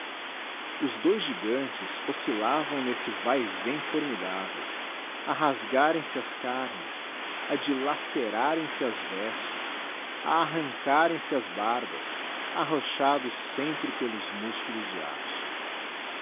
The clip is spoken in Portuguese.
os dois gigantes oscillavam nesse vae vem formidável a rasgarem se as carnes a dilacerarem se as vestes a arrancarem se as barbas arrochados sempre pelos músculos de aço